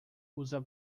usa